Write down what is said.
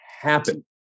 happen